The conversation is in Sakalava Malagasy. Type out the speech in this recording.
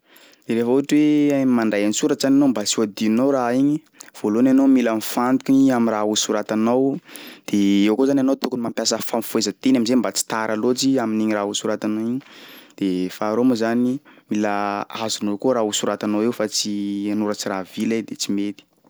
De rehefa ohatry hoe mandray an-tsoratsa anao mba tsy ho adinonao raha igny, voalohany anao mila mifantoky am'raha ho soratanao de eo koa zany anao tokony mampiasa fanafohezan-teny am'zay mba tsy tara loatry i amin'igny raha ho soratanao igny de faharoa moa zany mila azonao koa raha ho soratanao eo fa tsy anoratry raha vila iha de tsy mety.